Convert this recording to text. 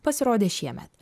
pasirodė šiemet